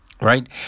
Right